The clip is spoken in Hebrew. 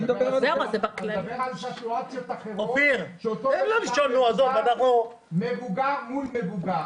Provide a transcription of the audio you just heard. אני מדבר על סיטואציות אחרות של אותו בן אדם מבוגר מול מבוגר.